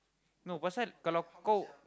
no pasal kalau kau